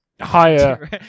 Higher